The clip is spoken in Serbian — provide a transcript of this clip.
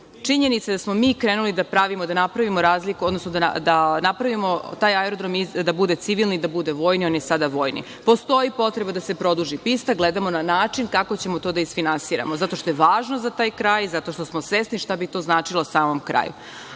činjenica je da smo mi krenuli da pravimo, da napravimo razliku, odnosno da napravimo taj aerodrom da bude civilni, da bude vojni. On je sada vojni. Postoji potreba da se produži pista. Gledamo na način kako ćemo to da isfinansiramo, zato što je važno za taj kraj, zato što smo svesni šta bi to značilo samom kraju.